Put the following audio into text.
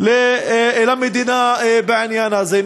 למדינה בעניין הזה.